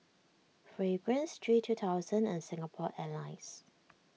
Fragrance G two thousand and Singapore Airlines